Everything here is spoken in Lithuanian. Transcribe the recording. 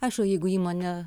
aš o jeigu įmonė